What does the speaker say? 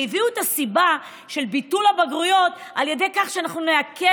והביאו את הסיבה של ביטול הבגרויות על ידי כך שאנחנו נקל,